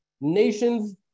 Nations